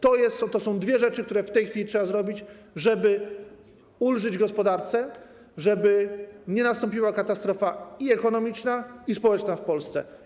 To są dwie rzeczy, które w tej chwili trzeba zrobić, żeby ulżyć gospodarce, żeby nie nastąpiła katastrofa i ekonomiczna, i społeczna w Polsce.